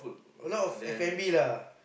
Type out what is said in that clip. lot of F-and-B lah